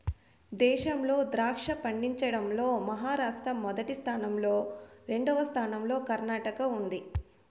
దేశంలో ద్రాక్ష పండించడం లో మహారాష్ట్ర మొదటి స్థానం లో, రెండవ స్థానం లో కర్ణాటక ఉంది